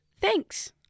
Thanks